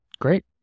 great